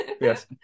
yes